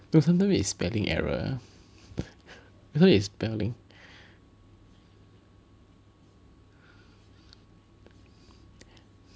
no sometime is spelling error sometimes is spelling